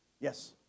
Yes